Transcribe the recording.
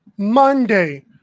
monday